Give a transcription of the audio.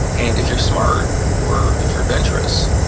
and if you're smart or if you're adventurous,